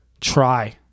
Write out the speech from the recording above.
try